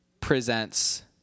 presents